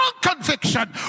conviction